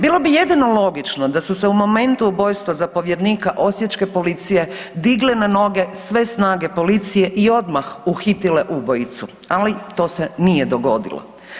Bilo bi jedino logično da su se u momentu ubojstva zapovjednika osječke policije digle na noge sve snage policije i odmah uhitile ubojicu, ali to se nije dogodilo.